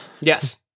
yes